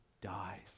dies